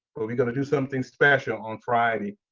well, we gonna do something special on friday.